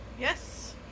Yes